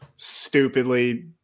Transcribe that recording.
stupidly